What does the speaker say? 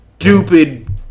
Stupid